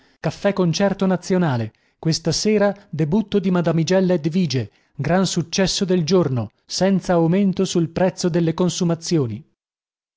annunziavano caffè-concerto nazionale questa sera debutto di madamigella edvige gran successo del giorno senza aumento sul prezzo delle consumazioni